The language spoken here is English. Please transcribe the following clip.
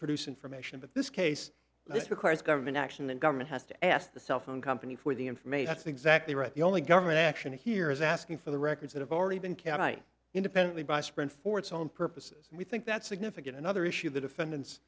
produce information but this case this requires government action and government has to ask the cell phone company for the information it's exactly right the only government action here is asking for the records that have already been carried independently by sprint for its own purposes and we think that's significant another issue the defendants